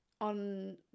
on